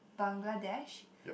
Bangladesh